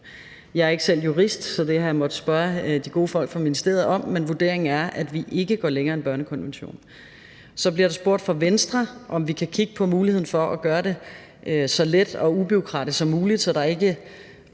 Jeg er ikke selv jurist, så det har jeg måttet spørge de gode folk i ministeriet om, men vurderingen er, at vi ikke går længere end børnekonventionen. Så bliver der spurgt fra Venstres side, om vi kan kigge på muligheden for at gøre det så let og ubureaukratisk som muligt, så der ikke